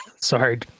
Sorry